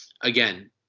Again